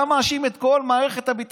אתה מאשים את כל מערכת הביטחון,